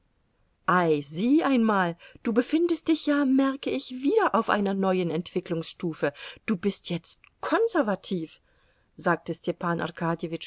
sieh einmal du befindest dich ja merke ich wieder auf einer neuen entwicklungsstufe du bist jetzt konservativ sagte